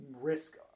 risk